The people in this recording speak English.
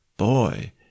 boy